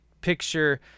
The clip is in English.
picture